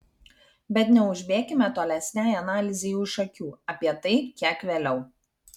bet neužbėkime tolesnei analizei už akių apie tai kiek vėliau